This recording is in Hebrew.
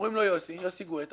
קוראים לו יוסי גויטע.